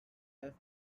have